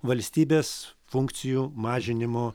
valstybės funkcijų mažinimo